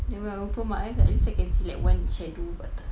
then when I open my eyes at least I can see one shadow dekat atas